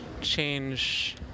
change